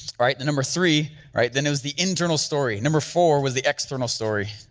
alright, then number three, then it was the internal story. number four was the external story.